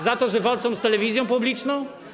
Za to, że walczą z telewizją publiczną?